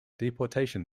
deportation